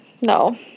No